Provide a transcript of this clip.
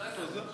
לא הבנתי.